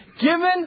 given